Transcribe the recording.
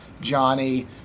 Johnny